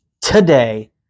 today